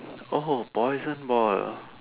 oh poison ball